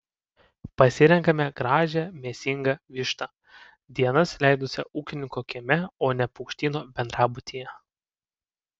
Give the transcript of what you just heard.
pasirenkame gražią mėsingą vištą dienas leidusią ūkininko kieme o ne paukštyno bendrabutyje